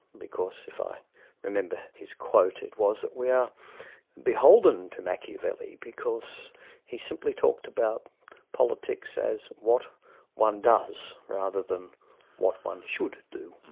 because if i remember his quote, it was that we are beholden to machiavelli, because he simply talked about politics as what one does rather than what one should do.